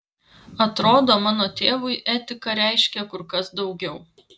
atrodo mano tėvui etika reiškė kur kas daugiau